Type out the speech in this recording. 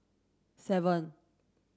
seven